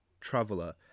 traveler